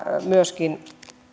myöskin